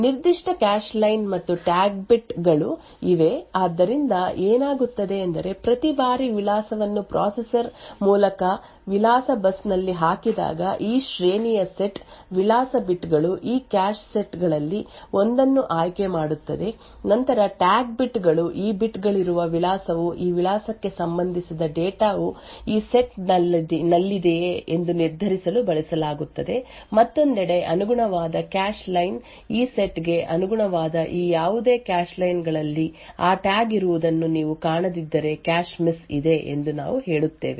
ನಿರ್ದಿಷ್ಟ cache line ಮತ್ತು tag bit ಗಳು ಇವೆ ಆದ್ದರಿಂದ ಏನಾಗುತ್ತದೆ ಎಂದರೆ ಪ್ರತಿ ಬಾರಿ ವಿಳಾಸವನ್ನು ಪ್ರೊಸೆಸರ್ ಮೂಲಕ ವಿಳಾಸ ಬಸ್ ನಲ್ಲಿ ಹಾಕಿದಾಗ ಈ ಶ್ರೇಣಿಯ ಸೆಟ್ ವಿಳಾಸ ಬಿಟ್ ಗಳು ಈ ಕ್ಯಾಶ್ ಸೆಟ್ ಗಳಲ್ಲಿ ಒಂದನ್ನು ಆಯ್ಕೆ ಮಾಡುತ್ತದೆ ನಂತರ ಟ್ಯಾಗ್ ಬಿಟ್ ಗಳು ಈ ಬಿಟ್ ಗಳಿರುವ ವಿಳಾಸವು ಈ ವಿಳಾಸಕ್ಕೆ ಸಂಬಂಧಿಸಿದ ಡೇಟಾ ವು ಈ ಸೆಟ್ ನಲ್ಲಿದೆಯೇ ಎಂದು ನಿರ್ಧರಿಸಲು ಬಳಸಲಾಗುತ್ತದೆ ಮತ್ತೊಂದೆಡೆ ಅನುಗುಣವಾದ ಕ್ಯಾಶ್ ಲೈನ್ ಆ ಸೆಟ್ ಗೆ ಅನುಗುಣವಾದ ಈ ಯಾವುದೇ ಕ್ಯಾಶ್ ಲೈನ್ ಗಳಲ್ಲಿ ಆ ಟ್ಯಾಗ್ ಇರುವುದನ್ನು ನೀವು ಕಾಣದಿದ್ದರೆ ಕ್ಯಾಶ್ ಮಿಸ್ ಇದೆ ಎಂದು ನಾವು ಹೇಳುತ್ತೇವೆ